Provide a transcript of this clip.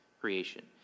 creation